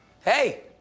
Hey